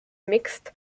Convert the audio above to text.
mixed